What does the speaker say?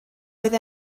oedd